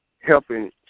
helping